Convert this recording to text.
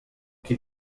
qui